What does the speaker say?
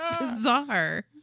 bizarre